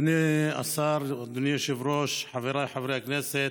אדוני השר, אדוני היושב-ראש, חבריי חברי הכנסת,